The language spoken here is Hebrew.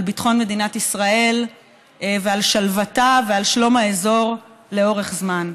על ביטחון מדינת ישראל ועל שלוותה ועל שלום האזור לאורך זמן.